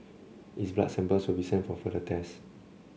its blood samples will be sent for further tests